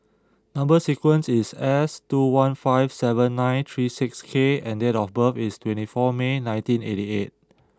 number sequence is S two one five seven nine three six K and date of birth is twenty four May nineteen eighty eight